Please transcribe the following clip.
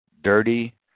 dirty